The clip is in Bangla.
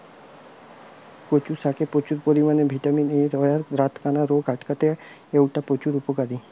কচু শাকে প্রচুর পরিমাণে ভিটামিন এ রয়ায় রাতকানা রোগ আটকিতে অউটা প্রচুর উপকারী